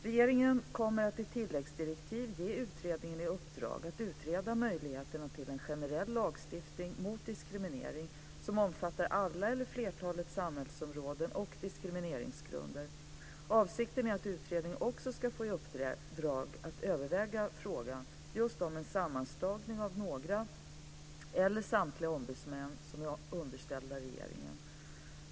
Regeringen kommer att i tilläggsdirektiv ge utredningen i uppdrag att utreda möjligheterna till en generell lagstiftning mot diskriminering som omfattar alla eller flertalet samhällsområden och diskrimineringsgrunder. Avsikten är att utredningen också ska få i uppdrag att överväga frågan om en sammanslagning av några eller samtliga ombudsmän som är underställda regeringen.